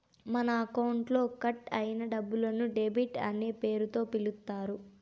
మన అకౌంట్లో కట్ అయిన డబ్బులను డెబిట్ అనే పేరుతో పిలుత్తారు